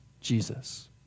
Jesus